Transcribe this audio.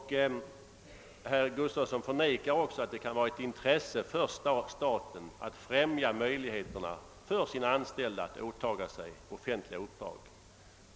Slutligen förnekar herr Gustavsson att det är ett statens intresse att ge sina anställda möjligheter att åta sig offentliga uppdrag.